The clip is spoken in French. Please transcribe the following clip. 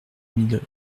mille